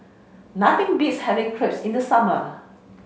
nothing beats having Crepes in the summer